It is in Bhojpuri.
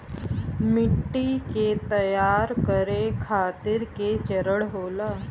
मिट्टी के तैयार करें खातिर के चरण होला?